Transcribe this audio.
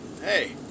hey